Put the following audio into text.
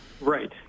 right